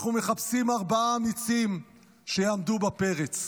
אנחנו מחפשים ארבעה אמיצים שיעמדו בפרץ.